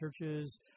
churches